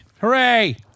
Hooray